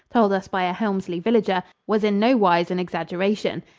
told us by a helmsley villager, was in no wise an exaggeration.